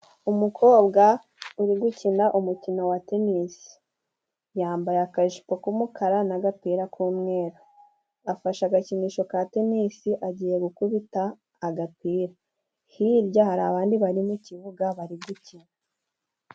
Umukobwa uri gukina umukino wa tenisi. Yambaye akajipo k'umukara, n'agapira k'umweru. Afashe agakinisho ka tenisi agiye gukubita agapira. Hirya hari abandi bari mu kibuga bari gukina.